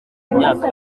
myaka